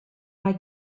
mae